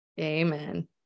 Amen